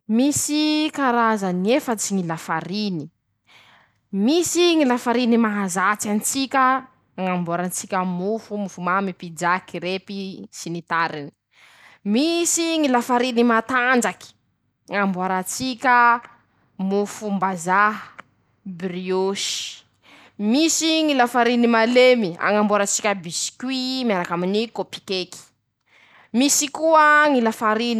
Misy karazany efatsy ñy lafariny: -Misy ñy lafariny mahazatsy an-tsika añamboaratsika mofo. mofo mamy. pizza. kirepy. sy ny tariny. -Misy ñy lafariny matanjaky, añamboaratsika mofom-bazaha. brioche. -Misy ñy lafariny malemy. añamboaratsika biscuit miaraky aminy kôpikeky. -Misy koa ñy lafariny.